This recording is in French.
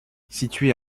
situé